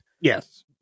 yes